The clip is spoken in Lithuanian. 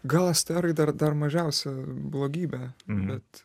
gal esterai dar dar mažiausia blogybė bet